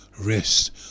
rest